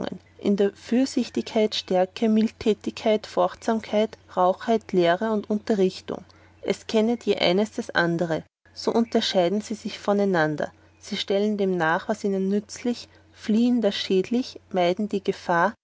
in der fürsichtigkeit stärke mildigkeit forchtsamkeit rauchheit lehre und unterrichtung es kennet je eines das andere sie unterscheiden sich vor einander sie stellen dem nach so ihnen nützlich fliehen das schädlich meiden die gefahr